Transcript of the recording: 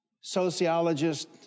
sociologist